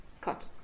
cut